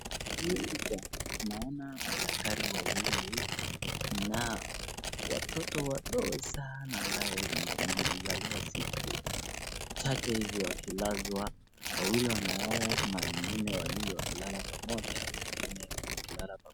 Naona madaktari wawili na watoto wadogo sana ambaye wamezaliwa Siku chache hivi wakilazwa, wawili wanalala mahali ingine, wawili wakilala pamoja, wengine wakilala pamoja.